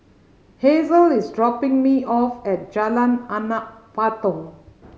hasel is dropping me off at Jalan Anak Patong